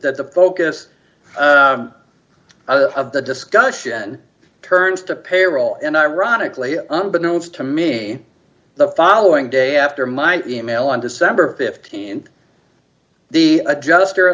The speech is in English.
that the focus of the discussion turns to payroll and ironically unbeknownst to me the following day after my e mail on december th the adjuster